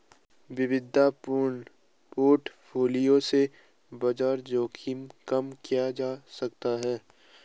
विविधतापूर्ण पोर्टफोलियो से बाजार जोखिम कम किया जा सकता है